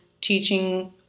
teaching